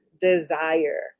desire